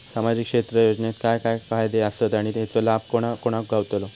सामजिक क्षेत्र योजनेत काय काय फायदे आसत आणि हेचो लाभ कोणा कोणाक गावतलो?